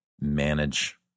manage